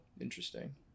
Interesting